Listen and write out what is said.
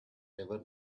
ever